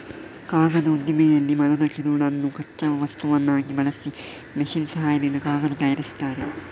ಕಾಗದದ ಉದ್ದಿಮೆಯಲ್ಲಿ ಮರದ ತಿರುಳನ್ನು ಕಚ್ಚಾ ವಸ್ತುವನ್ನಾಗಿ ಬಳಸಿ ಮೆಷಿನ್ ಸಹಾಯದಿಂದ ಕಾಗದ ತಯಾರಿಸ್ತಾರೆ